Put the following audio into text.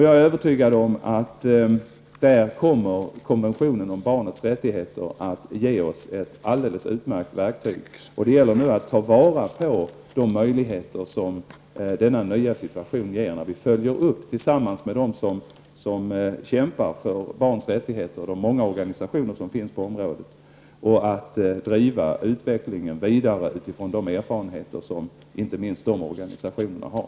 Jag är övertygad om att konventionen om barns rättigheter därvid kommer att ge oss ett alldeles utmärkt verktyg. Det gäller nu att ta vara på de möjligheter som denna nya situation ger när vi följer upp dessa frågor tillsammans med de många organisationer som kämpar för barns rättigheter och att vi driver utvecklingen vidare utifrån de erfarenheter som inte minst dessa organisationer har.